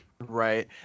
Right